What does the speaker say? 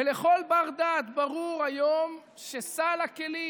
ולכל בר דעת ברור היום שסל הכלים